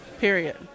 Period